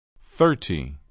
Thirty